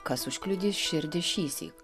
kas užkliudys širdį šįsyk